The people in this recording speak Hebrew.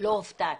לא הופתעתי,